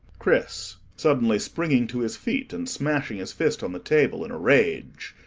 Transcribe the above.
chris suddenly springing to his feet and smashing his fist on the table in a rage.